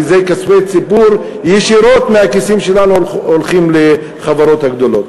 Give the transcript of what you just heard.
כי כספי ציבור ישירות מהכיסים שלנו הולכים לחברות הגדולות.